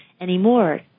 anymore